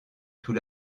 tout